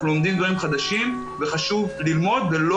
אנחנו לומדים דברים חדשים וחשוב ללמוד ולא